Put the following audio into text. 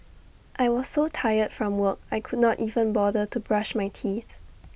I was so tired from work I could not even bother to brush my teeth